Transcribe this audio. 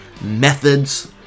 methods